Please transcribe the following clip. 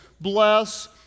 Bless